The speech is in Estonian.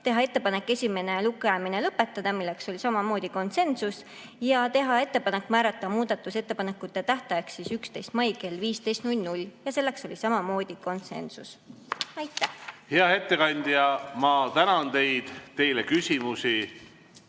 teha ettepanek esimene lugemine lõpetada, milleks oli samamoodi konsensus, ja teha ettepanek määrata muudatusettepanekute tähtajaks 11. mai kell 15. Selleks oli samamoodi konsensus. Aitäh! Hea ettekandja, ma tänan teid. Teile küsimusi